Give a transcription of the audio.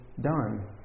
done